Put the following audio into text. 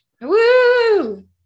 Woo